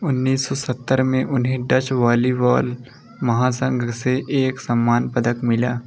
उन्नीस सौ सत्तर में उन्हें डच वॉलीबॉल महासंघ से एक सम्मान पदक मिला